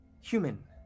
human